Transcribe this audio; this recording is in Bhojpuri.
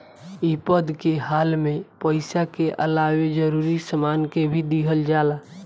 विपद के हाल में पइसा के अलावे जरूरी सामान के भी दिहल जाला